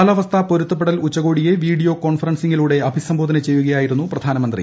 കാലാവസ്ഥാ പൊരുത്തപ്പെടൽ ഉച്ചകോടിയെ വീഡിയോ കോൺഫറൻസിങ്ങിലൂടെ അഭിസംബോധന ചെയ്യുകയായിരുന്നു പ്രധാനമന്ത്രി